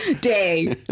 day